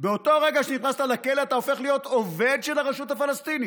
באותו רגע שנכנסת לכלא אתה הופך להיות עובד של הרשות הפלסטינית.